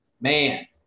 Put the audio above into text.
Man